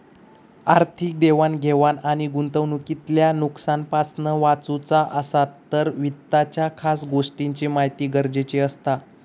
आर्थिक देवाण घेवाण आणि गुंतवणूकीतल्या नुकसानापासना वाचुचा असात तर वित्ताच्या खास गोष्टींची महिती गरजेची असता